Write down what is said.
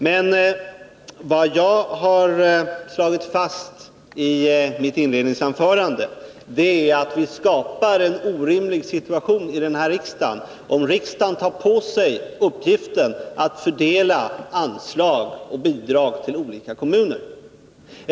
Men vad jag har slagit fast i mitt inledningsanförande är att vi skapar en orimlig situation här i riksdagen, om riksdagen tar på sig uppgiften att fördela anslag och bidrag till olika kommuner.